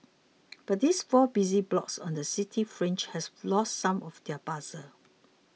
but these four busy blocks on the city fringe have lost some of their bustle